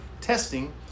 testing